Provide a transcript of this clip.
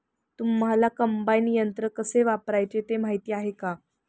तुम्हांला कम्बाइन यंत्र कसे वापरायचे ते माहीती आहे का?